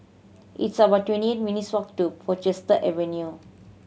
it's about twenty eight minutes' walk to Portchester Avenue